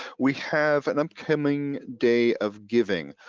we have an upcoming day of giving,